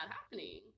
happening